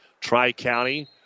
Tri-County